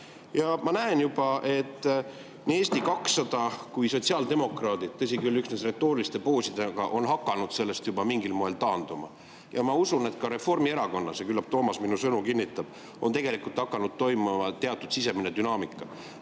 Ja ma juba näen, et nii Eesti 200 kui ka sotsiaaldemokraadid – tõsi küll, üksnes retooriliste poosidega – on hakanud sellest juba mingil moel taanduma. Ma usun, et ka Reformierakonnas – küllap Toomas minu sõnu kinnitab – on hakanud toimuma teatud sisemine dünaamika.